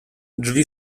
drzwi